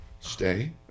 Stay